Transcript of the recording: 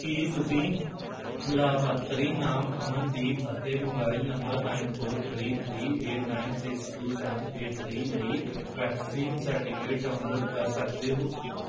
ਕੀ ਤੁਸੀਂ ਲਾਭਪਾਤਰੀ ਨਾਮ ਅਮਨਦੀਪ ਅਤੇ mobile number nine four three three eight nine six two seven eight three ਲਈ ਵੈਕਸੀਨ ਸਰਟੀਕੇਟ ਡਾਊਨਲੋਡ ਕਰ ਸਕਦੇ ਹੋ